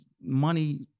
money